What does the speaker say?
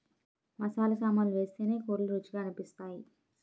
మసాలా సామాన్లు వేస్తేనే కూరలు రుచిగా అనిపిస్తాయి